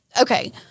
okay